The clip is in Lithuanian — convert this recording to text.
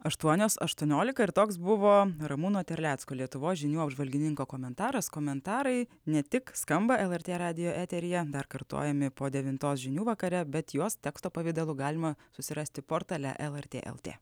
aštuonios aštuoniolika ir toks buvo ramūno terlecko lietuvos žinių apžvalgininko komentaras komentarai ne tik skamba lrt radijo eteryje dar kartojami po devintos žinių vakare bet juos teksto pavidalu galima susirasti portale lrt lt